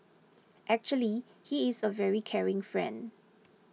actually he is a very caring friend